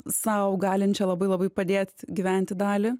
sau galinčią labai labai padėt gyventi dalį